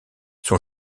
son